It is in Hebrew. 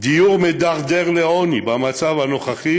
דיור מדרדר לעוני, במצב הנוכחי